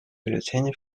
бюллетени